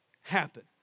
happen